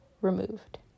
removed